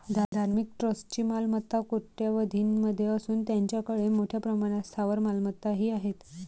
धार्मिक ट्रस्टची मालमत्ता कोट्यवधीं मध्ये असून त्यांच्याकडे मोठ्या प्रमाणात स्थावर मालमत्ताही आहेत